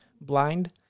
blind